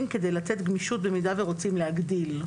כדי לתת גמישות במידה ורוצים להגדיל.